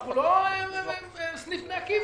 אנחנו לא סניף בני עקיבא.